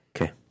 Okay